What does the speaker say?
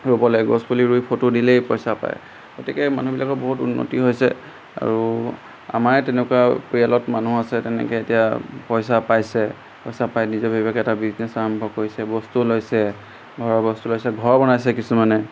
ৰুবলৈ গছ পুলি ৰুই ফটো দিলেই পইচা পায় গতিকে মানুহবিলাকৰ বহুত উন্নতি হৈছে আৰু আমাৰেই তেনেকুৱা পৰিয়ালত মানুহ আছে তেনেকৈ এতিয়া পইচা পাইছে পইচা পাই নিজাববীয়াকৈ এটা বিজনেছ আৰম্ভ কৰিছে বস্তু লৈছে ঘৰৰ বস্তু লৈছে ঘৰ বনাইছে কিছুমানে